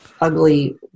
ugly